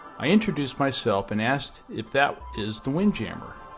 i introduced myself and asked if that is the windjammer.